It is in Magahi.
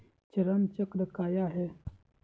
चरण चक्र काया है?